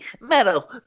Meadow